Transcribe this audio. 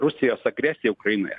rusijos agresija ukrainoje